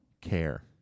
care